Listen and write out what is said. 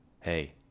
Hey